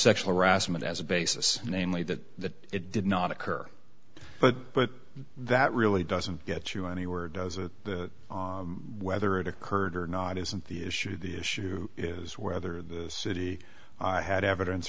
sexual harassment as a basis namely that it did not occur but but that really doesn't get you anywhere does it whether it occurred or not isn't the issue the issue is whether the city i had evidence